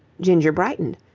ginger brightened.